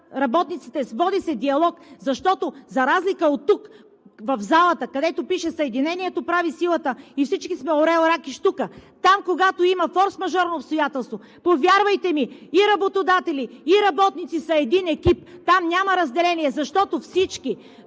работниците, се води диалог. За разлика оттук, в залата, където пише: „Съединението прави силата“ и всички сме орел, рак и щука, то там, когато има форсмажорно обстоятелство, повярвайте ми, и работодатели, и работници са един екип! Там няма разделение, защото всички